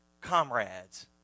comrades